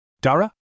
Dara